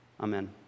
Amen